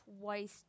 twice